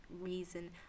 reason